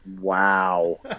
Wow